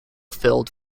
filled